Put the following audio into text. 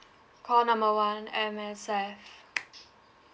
call number one M_S_F